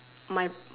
my